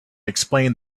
explained